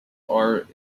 art